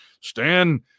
Stan